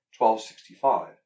1265